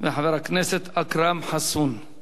וחבר הכנסת אכרם חסון.